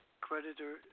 Creditor